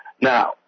Now